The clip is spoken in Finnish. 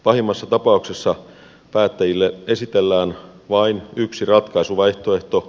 pahimmassa tapauksessa päättäjille esitellään vain yksi ratkaisuvaihtoehto